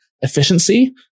efficiency